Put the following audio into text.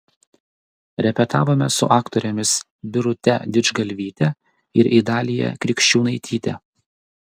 repetavome su aktorėmis birute didžgalvyte ir idalija krikščiūnaityte